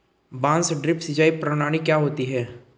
बांस ड्रिप सिंचाई प्रणाली क्या होती है?